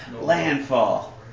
Landfall